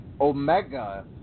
Omega